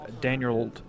Daniel